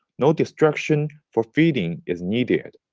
no destruction for feeding is needed.